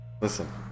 Listen